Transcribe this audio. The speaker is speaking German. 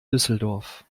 düsseldorf